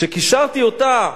כשקישרתי אותה